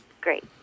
Great